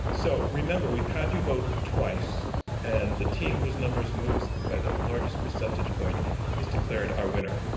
so remember, we've had you vote twice and the team whose numbers move by the largest percentage point is declared our winner.